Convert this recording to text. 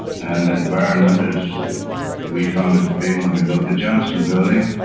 and environment as we found it to be when we built the johnson building,